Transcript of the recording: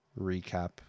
recap